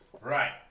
Right